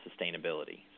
sustainability